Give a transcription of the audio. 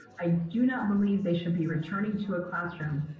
i do not believe they should be returning to a classroom.